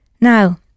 Now